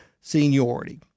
seniority